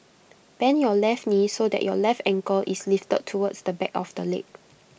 bend your left knee so that your left ankle is lifted towards the back of the leg